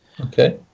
Okay